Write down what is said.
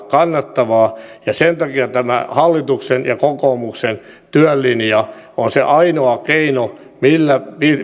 kannattavaa sen takia tämä hallituksen ja kokoomuksen työlinja on se ainoa keino millä